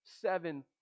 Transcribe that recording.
seven